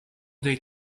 day